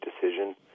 decision